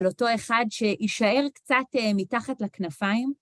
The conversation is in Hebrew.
לאותו אחד שיישאר קצת מתחת לכנפיים.